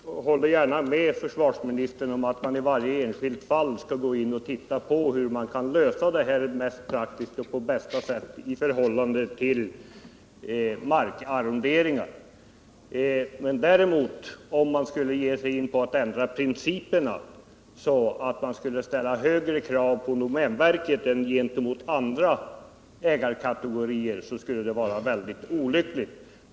ekonomiska Herr talman! Jag håller gärna med försvarsministern om att man i varje — grundtrygghet enskilt fall skall gå in och se hur det hela kan lösas på bästa sätt i förhållande till markarronderingar. Om man däremot ville ge sig in och ändra principerna så att man ställer högre krav på domänverket än på andra ägarkategorier så skulle det vara mycket olyckligt.